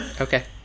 Okay